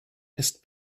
ist